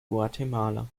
guatemala